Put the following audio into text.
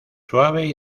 suave